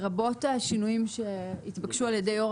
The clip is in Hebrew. לרבות השינויים שהתבקשו על ידי יושב ראש